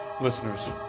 Listeners